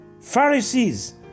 Pharisees